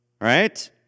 right